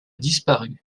disparu